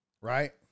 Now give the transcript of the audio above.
Right